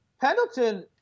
Pendleton